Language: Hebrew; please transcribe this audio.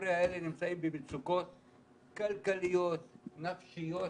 והחבר'ה האלה נמצאים במצוקות כלכליות, נפשיות.